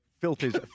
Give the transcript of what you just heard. Filters